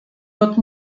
wird